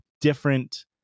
different